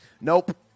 Nope